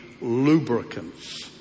Lubricants